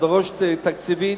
שדורשת תקציבים,